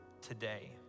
today